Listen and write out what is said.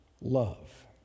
love